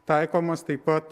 taikomas taip pat